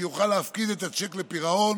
שיוכל להפקיד את הצ'ק לפירעון